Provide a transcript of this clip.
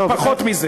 פחות מזה?